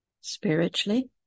spiritually